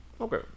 Okay